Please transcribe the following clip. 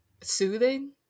soothing